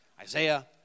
Isaiah